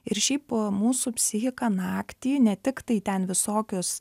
ir šiaip mūsų psichika naktį ne tiktai ten visokius